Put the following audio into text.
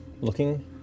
looking